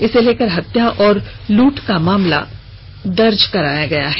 इसे लेकर हत्या और लूट का मामला दर्ज कराया गया है